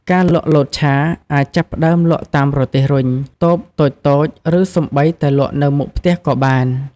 ការលក់ លតឆា អាចចាប់ផ្ដើមលក់តាមរទេះរុញ តូបតូចៗ ឬសូម្បីតែលក់នៅមុខផ្ទះក៏បាន។